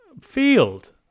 field